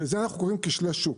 וזה אנחנו קוראים כשלי שוק.